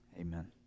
amen